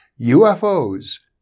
UFOs